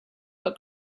but